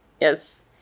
Yes